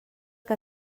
que